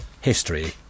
History